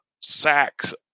sacks